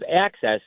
access